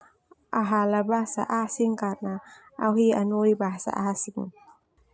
Au ahala bahasa asing, karena au hi anoli bahasa asing.